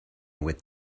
with